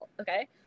okay